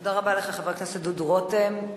תודה רבה לך, חבר הכנסת דודו רותם.